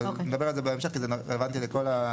אבל נדבר על זה בהמשך, כי זה רלוונטי לכולם.